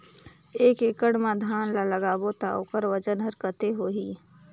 एक एकड़ मा धान ला लगाबो ता ओकर वजन हर कते होही?